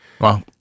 Wow